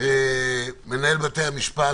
מנהל בתי המשפט,